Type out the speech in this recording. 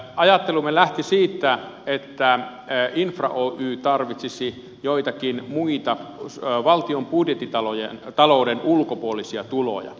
ajattelumme lähti siitä että infra oy tarvitsisi joitakin muita valtion budjettitalouden ulkopuolisia tuloja